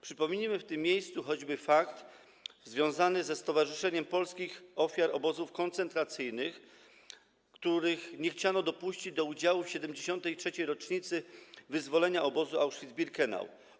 Przypomnijmy w tym miejscu choćby fakt związany ze Stowarzyszeniem Rodzin Polskich Ofiar Obozów Koncentracyjnych, których nie chciano dopuścić do udziału w 73. rocznicy wyzwolenia obozu Auschwitz-Birkenau.